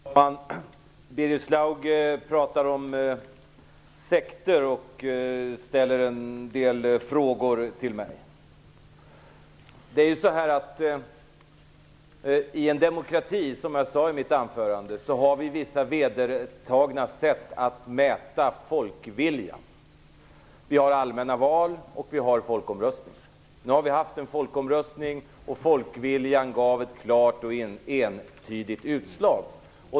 Herr talman! Birger Schlaug pratar om sekter och ställer en del frågor till mig. I en demokrati finns det, som jag sade i mitt huvudanförande, vissa vedertagna sätt att mäta folkviljan. Vi har allmänna val, och vi har folkomröstningar. Nu har vi haft en folkomröstning, och folkviljan gav ett klart och entydigt utslag.